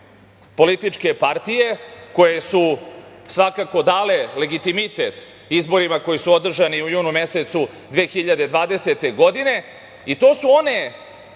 političke partije koje su svakako dale legitimitet izborima koji su održani u junu mesecu 2020. godine i to su one